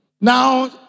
Now